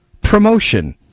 promotion